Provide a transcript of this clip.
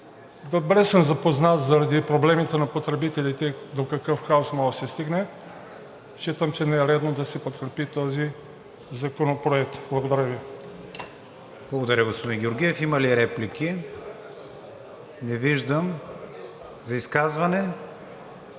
добре съм запознат заради проблемите на потребителите до какъв хаос може да се стигне, считам, че не е редно да се подкрепи този законопроект. Благодаря Ви. ПРЕДСЕДАТЕЛ КРИСТИАН ВИГЕНИН: Благодаря, господин Георгиев. Има ли реплики? Не виждам. За изказване?